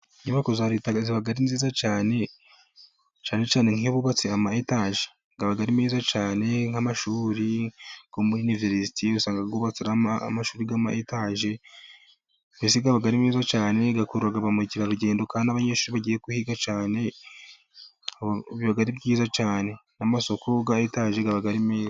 Inyubako za leta ziba ari nziza cyane, cyane cyane nk'iyo bubatse amayetaje aba ari meza cyane, nk'amashuri yo muri iniverisite usanga yubatse ari amashuri y'amayetaje, mbese aba ari meza cyane akurura ba mukerarugendo, kandi n'abanyeshuri bagiye kuhiga cyane biba ari byiza cyane, n'amasoko ya etaje aba ari meza.